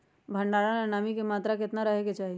भंडारण ला नामी के केतना मात्रा राहेके चाही?